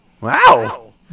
wow